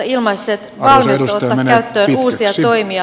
valmiutta ottaa käyttöön uusia toimia